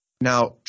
Now